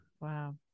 Wow